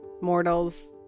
mortals